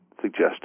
suggested